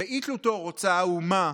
רוצה האומה,